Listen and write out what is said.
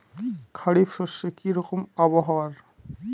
খরিফ শস্যে কি রকম আবহাওয়ার?